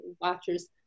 watchers